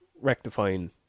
rectifying